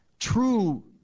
True